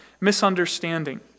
misunderstanding